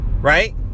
right